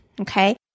okay